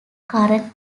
current